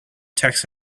text